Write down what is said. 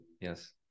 yes